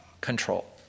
control